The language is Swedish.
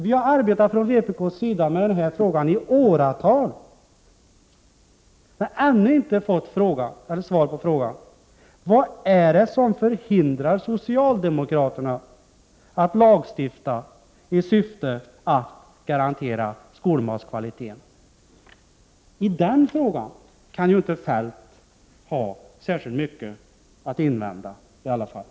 Vi inom vpk har i åratal arbetat med den här frågan men ännu inte fått svar: Vad är det som hindrar socialdemokraterna från att lagstifta i syfte att garantera skolmatskvaliteten? När det gäller den frågan kan ju inte Feldt ha särskilt mycket att invända i alla fall.